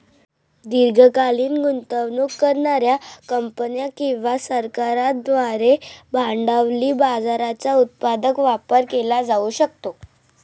दीर्घकालीन गुंतवणूक करणार्या कंपन्या किंवा सरकारांद्वारे भांडवली बाजाराचा उत्पादक वापर केला जाऊ शकतो